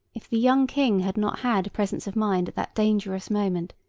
if the young king had not had presence of mind at that dangerous moment,